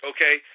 Okay